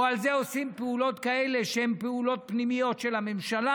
או על זה עושים פעולות כאלה שהן פעולות פנימיות של הממשלה.